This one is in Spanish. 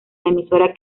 emisora